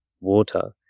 water